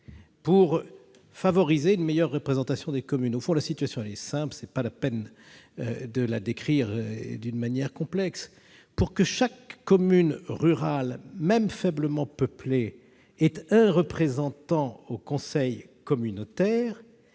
pour favoriser une meilleure représentation des communes ? Au fond, la situation est simple, et ce n'est pas la peine de la décrire de manière complexe. Pour que chaque commune rurale, même faiblement peuplée, ait un représentant au conseil communautaire,